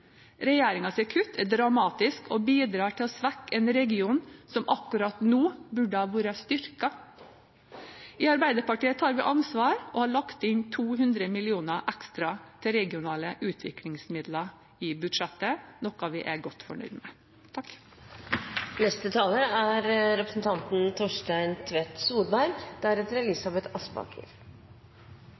kutt er dramatisk og bidrar til å svekke en region som akkurat nå burde vært styrket. I Arbeiderpartiet tar vi ansvar og har lagt inn 200 mill. kr ekstra til regionale utviklingsmidler i budsjettet, noe vi er godt fornøyd med.